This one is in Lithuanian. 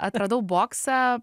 atradau boksą